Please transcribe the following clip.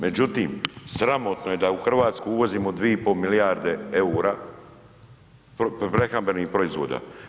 Međutim, sramotno je da u Hrvatsku uvozimo 2,5 milijarde eura prehrambenih proizvoda.